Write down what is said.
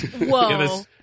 Whoa